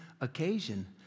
occasion